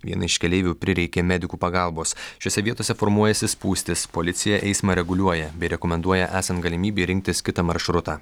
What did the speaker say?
vienai iš keleivių prireikė medikų pagalbos šiose vietose formuojasi spūstys policija eismą reguliuoja bei rekomenduoja esant galimybei rinktis kitą maršrutą